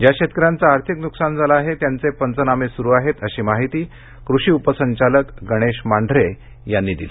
ज्या शेतक यांचं आर्थिक नुकसान झाले आहे त्यांचे पंचनामे सुरू आहे अशी माहिती कृषी उपसंचालक गणेश मांढरे यांनी दिली